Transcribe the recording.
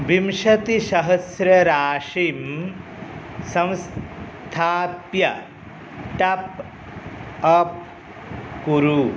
विंशतिसहस्रराशिं संस्थाप्य top up कुरु